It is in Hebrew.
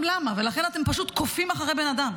למה ולכן אתם פשוט קופים אחרי בן אדם.